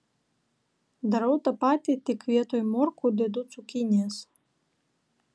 darau tą patį tik vietoj morkų dedu cukinijas